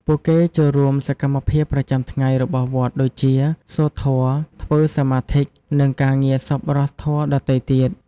ពួកគេចូលរួមក្នុងសកម្មភាពប្រចាំថ្ងៃរបស់វត្តដូចជា សូត្រធម៌ ធ្វើសមាធិ និងការងារសប្បុរសធម៌ដទៃទៀត។